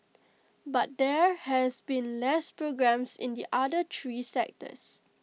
but there has been less programs in the other three sectors